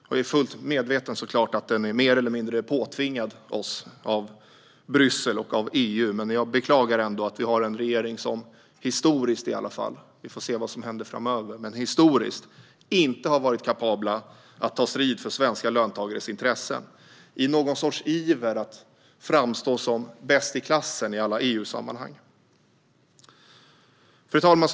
Jag är fullt medveten om att den är mer eller mindre påtvingad oss av Bryssel, av EU, men jag beklagar ändå att vi har en regering som i alla fall historiskt sett - vi får se vad som händer framöver - inte varit kapabel att ta strid för svenska löntagares intressen, i någon sorts iver att framstå som "bäst i klassen" i alla EU-sammanhang. Fru talman!